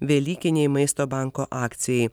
velykinei maisto banko akcijai